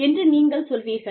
என்று நீங்கள் சொல்வீர்கள்